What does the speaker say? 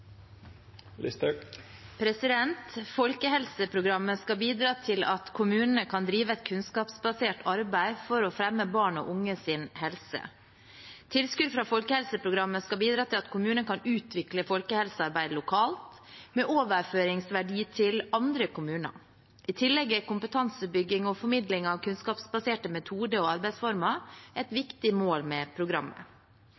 Folkehelseprogrammet skal bidra til at kommunene kan drive et kunnskapsbasert arbeid for å fremme barn og unges helse. Tilskudd fra folkehelseprogrammet skal bidra til at kommuner kan utvikle folkehelsearbeidet lokalt, med overføringsverdi til andre kommuner. I tillegg er kompetansebygging og formidling av kunnskapsbaserte metoder og arbeidsformer et